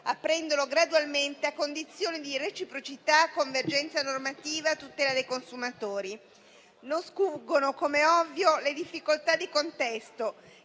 aprendolo gradualmente a condizioni di reciprocità, convergenza normativa e tutela dei consumatori. Non sfuggono, com'è ovvio, le difficoltà di contesto,